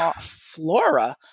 flora